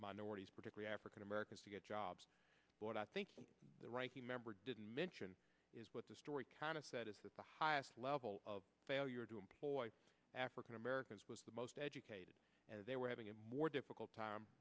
minorities particularly african americans to get jobs but i think the ranking member didn't mention is what the story kind of said is that the highest level of failure to employ african americans was the most educated as they were having a more difficult time